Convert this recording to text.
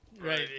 right